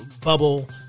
bubble